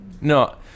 no